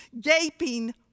gaping